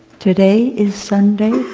today is sunday,